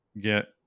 get